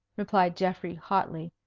replied geoffrey hotly.